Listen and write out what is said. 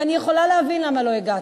ואני יכולה להבין למה לא הגעת.